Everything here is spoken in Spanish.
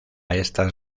estas